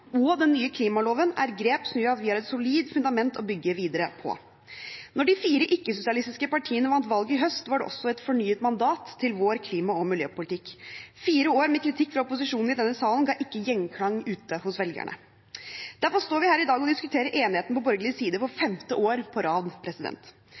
og den nye klimaloven er grep som gjør at vi har et solid fundament å bygge videre på. Da de fire ikke-sosialistiske partiene vant valget i høst, var det også et fornyet mandat til vår klima- og miljøpolitikk. Fire år med kritikk fra opposisjonen i denne salen ga ikke gjenklang ute hos velgerne. Derfor står vi her i dag og diskuterer enigheten på borgerlig side for